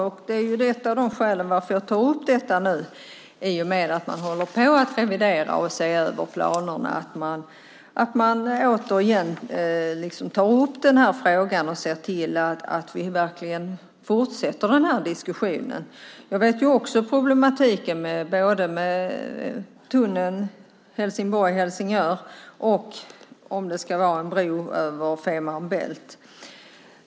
Ett av skälen till att jag tar upp detta nu i och med att man håller på att revidera och se över planerna är att man återigen tar upp denna fråga och ser till att vi verkligen fortsätter denna diskussion. Jag känner också till problematiken både när det gäller tunneln Helsingborg-Helsingör och om det ska vara en bro över Femer Bælt.